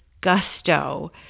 Gusto